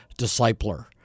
discipler